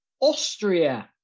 Austria